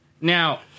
Now